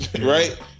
right